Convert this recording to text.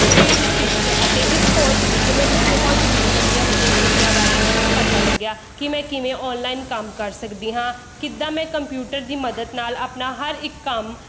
field ਵਿੱਚ ਅਤੇ ਇਸ ਕੋਰਸ ਵਿੱਚ ਮੈਨੂੰ ਬਹੁਤ ਹੀ ਵਧੀਆ ਵਧੀਆ ਤਰੀਕਿਆਂ ਬਾਰੇ ਪਤਾ ਲੱਗਿਆ ਕਿ ਮੈਂ ਕਿਵੇਂ ਔਨਲਾਈਨ ਕੰਮ ਕਰ ਸਕਦੀ ਹਾਂ ਕਿੱਦਾਂ ਮੈਂ ਕੰਪਿਊਟਰ ਦੀ ਮਦਦ ਨਾਲ ਆਪਣਾ ਹਰ ਇੱਕ ਕੰਮ